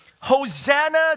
Hosanna